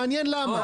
מעניין למה.